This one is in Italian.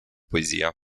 poesia